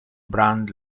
brand